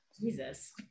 Jesus